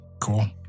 Cool